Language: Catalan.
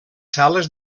sales